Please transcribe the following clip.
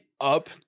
Up